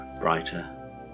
brighter